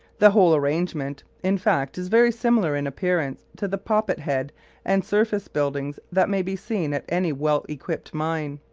the whole arrangement in fact is very similar in appearance to the poppet-head and surface buildings that may be seen at any well-equipped mine.